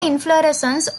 inflorescence